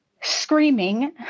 screaming